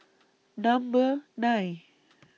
Number nine